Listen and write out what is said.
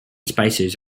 spices